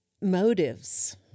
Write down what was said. motives